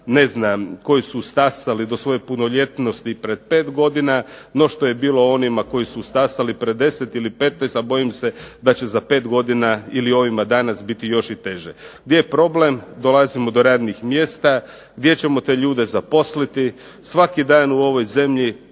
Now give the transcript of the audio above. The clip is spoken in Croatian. ne znam koji su stasali do svoje punoljetnosti pred pet godina, no što je bilo onima koji su stasali pred 10 ili 15, a bojim se da će za 5 godina ili ovima danas biti još i teže. Gdje je problem? Dolazimo do radnih mjesta gdje ćemo te ljude zaposliti. Svaki dan u ovoj zemlji